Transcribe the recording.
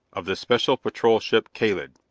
of the special patrol ship kalid!